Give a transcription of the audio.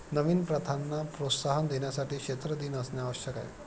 नवीन प्रथांना प्रोत्साहन देण्यासाठी क्षेत्र दिन असणे आवश्यक आहे